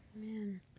Amen